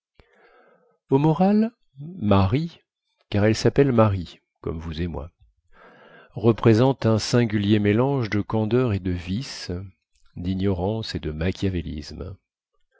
au moral marie car elle sappelle marie comme vous et moi représente un singulier mélange de candeur et de vice dignorance et de machiavélisme